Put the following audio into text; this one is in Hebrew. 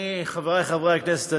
חברי חברי הכנסת,